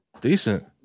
decent